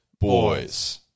Boys